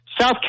South